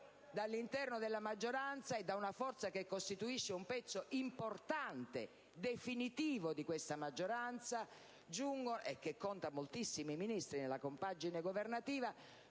dall'interno della maggioranza e da una forza che costituisce un pezzo importante, definitivo di questa maggioranza e che conta moltissimi Ministri nella compagine governativa,